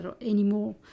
anymore